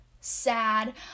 sad